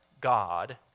God